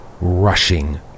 rushing